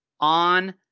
On